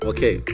Okay